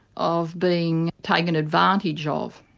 of being taken advantage ah of.